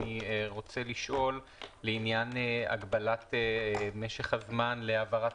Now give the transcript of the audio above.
אני רוצה לשאול לעניין הגבלת משך הזמן להעברת